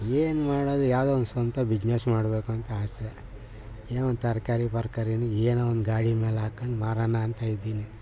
ಏನ್ಮಾಡೋದು ಯಾವುದೋ ಒಂದು ಸ್ವಂತ ಬಿಜ್ನೆಸ್ ಮಾಡಬೇಕು ಅಂತ ಆಸೆ ಏನೋ ಒಂದು ತರಕಾರಿ ಪರ್ಕಾರಿನೋ ಏನೋ ಒಂದು ಗಾಡಿ ಮೇಲೆ ಹಾಕೊಂಡ್ ಮಾರಣ ಅಂತ ಇದೀನಿ